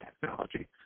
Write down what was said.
technology